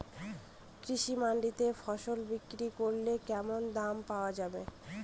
কৃষি মান্ডিতে ফসল বিক্রি করলে কেমন দাম পাওয়া যাবে?